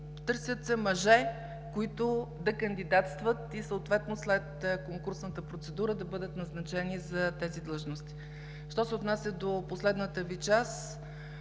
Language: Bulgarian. Търсят се мъже, които да кандидатстват и съответно след конкурсната процедура да бъдат назначени за тези длъжности. Що се отнася до последната Ви част